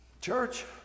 Church